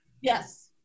Yes